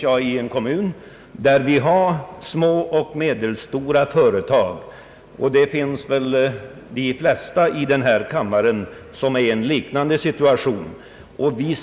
Själv bor jag i en kommun där vi har små och medelstora företag, och de flesta i den här kammaren är väl i en liknande situation.